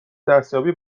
دستیابی